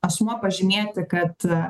asmuo pažymėti kad